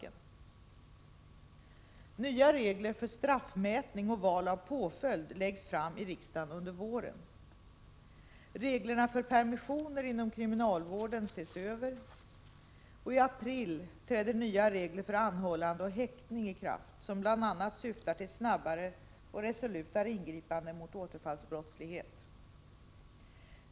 Förslag till nya regler för straffmätning och val av påföljd läggs fram i riksdagen under våren. Reglerna för permissioner inom kriminalvården ses över. I april träder nya regler för anhållande och häktning i kraft, som bl.a. syftar till snabbare och resolutare ingripanden mot återfallsbrottslighet.